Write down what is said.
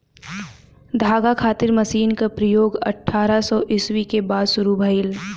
धागा खातिर मशीन क प्रयोग अठारह सौ ईस्वी के बाद शुरू भइल